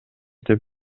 деп